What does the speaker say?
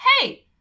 hey